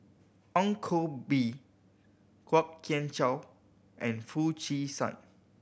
Ong Koh Bee Kwok Kian Chow and Foo Chee San